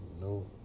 No